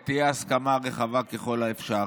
תהיה הסכמה רחבה ככל האפשר.